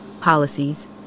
policies